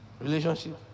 Relationship